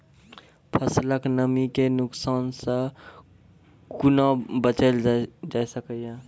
फसलक नमी के नुकसान सॅ कुना बचैल जाय सकै ये?